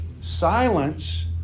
Silence